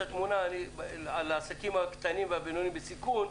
התמונה על העסקים הקטנים והבינוניים בסיכון,